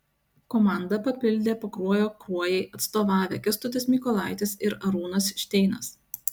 komanda papildė pakruojo kruojai atstovavę kęstutis mykolaitis ir arūnas šteinas